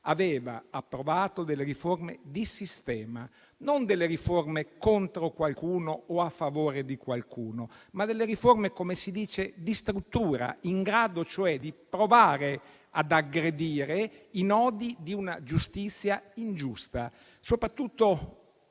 avevano approvato delle riforme di sistema; non riforme contro qualcuno o a favore di qualcuno, ma riforme - come si dice - di struttura, in grado cioè di provare ad aggredire i nodi di una giustizia ingiusta, soprattutto